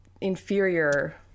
inferior